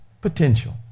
potential